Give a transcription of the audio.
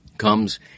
Comes